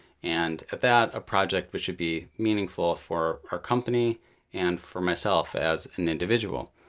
and at that, a project which would be meaningful for our company and for myself as an individual.